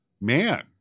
man